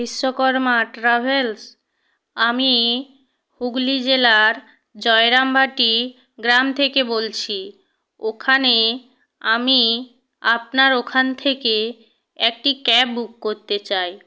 Vishwakarma travels আমি হুগলি জেলার জয়রামবাটি গ্রাম থেকে বলছি ওখানে আমি আপনার ওখান থেকে একটি ক্যাব বুক করতে চাই